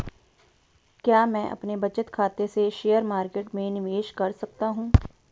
क्या मैं अपने बचत खाते से शेयर मार्केट में निवेश कर सकता हूँ?